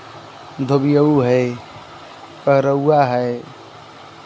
धोबिअउ है पैरउआ है